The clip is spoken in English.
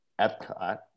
Epcot